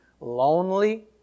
lonely